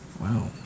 Wow